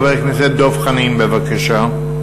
חבר הכנסת דב חנין, בבקשה.